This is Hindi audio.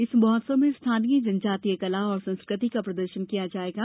इस महोत्सव में स्थानीय जनजातीय कला और संस्कृति का प्रदर्शन किया जाएगा